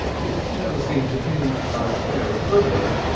it never seemed to him an unfair equivalent,